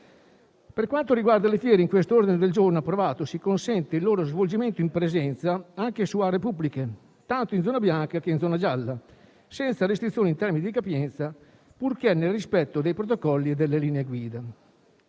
Per quanto riguarda le fiere, in questo ordine del giorno approvato si consente il loro svolgimento in presenza anche su aree pubbliche, tanto in zona bianca, quanto in zona gialla, senza restrizioni in termini capienza, purché nel rispetto dei protocolli e delle linee guida.